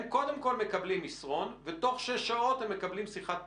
הם קודם כול מקבלים מסרון ותוך שש שעות הם מקבלים שיחת טלפון.